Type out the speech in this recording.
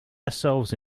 ourselves